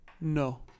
No